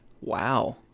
Wow